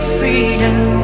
freedom